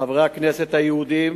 לחברי הכנסת היהודים,